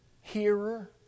hearer